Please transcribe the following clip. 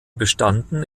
bestanden